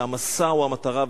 כשהמסע הוא המטרה,